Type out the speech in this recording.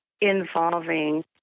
involving